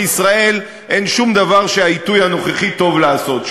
בישראל אין שום דבר שבעיתוי הנוכחי טוב לעשות.